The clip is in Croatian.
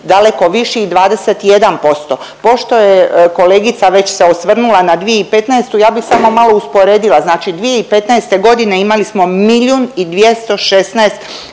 daleko viši i 21%. Pošto je kolegica već se osvrnula na 2015. ja bi samo malo usporedila, znači 2015.g. imali smo milijun